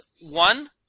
one